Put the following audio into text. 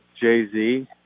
Jay-Z